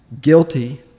guilty